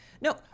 no